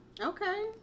Okay